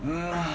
mm